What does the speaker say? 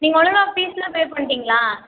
நீங்கள் ஒழுங்கா ஃபீஸ்லாம் பே பண்ணிடிங்களா